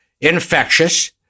infectious